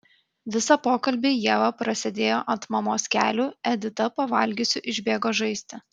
visą pokalbį ieva prasėdėjo ant mamos kelių edita pavalgiusi išbėgo žaisti